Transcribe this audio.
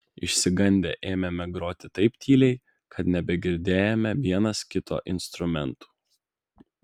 išsigandę ėmėme groti taip tyliai kad nebegirdėjome vienas kito instrumentų